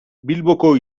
bilboko